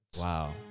Wow